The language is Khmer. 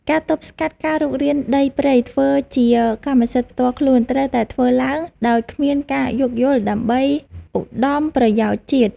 ការទប់ស្កាត់ការរុករានដីព្រៃធ្វើជាកម្មសិទ្ធិផ្ទាល់ខ្លួនត្រូវតែធ្វើឡើងដោយគ្មានការយោគយល់ដើម្បីឧត្តមប្រយោជន៍ជាតិ។